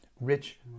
rich